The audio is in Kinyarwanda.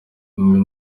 bimwe